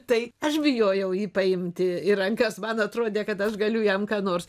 tai aš bijojau jį paimti į rankas man atrodė kad aš galiu jam ką nors